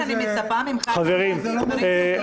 נכון, לכן אני מצפה ממך שתגיד דברים טובים.